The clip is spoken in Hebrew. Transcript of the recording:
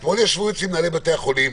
אתמול ישבו אצלי מנהלי בתי החולים,